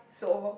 so